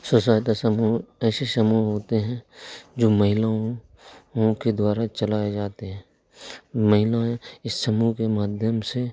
स्व सहायता समूह ऐसे समूह होते हैं जो महिलाओं ओं के द्वारा चलाए जाते हैं महिलाएँ इस समूह के माध्यम से